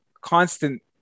constant